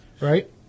Right